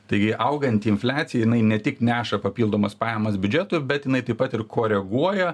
taigi augant infliacijai jinai ne tik neša papildomas pajamas biudžetui bet jinai taip pat ir koreguoja